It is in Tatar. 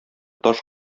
таш